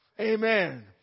amen